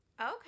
Okay